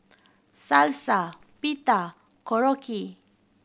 Salsa Pita and Korokke